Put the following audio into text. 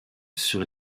sur